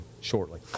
shortly